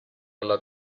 alla